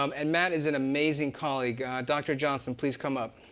um and matt is an amazing colleague. dr. johnson, please come up.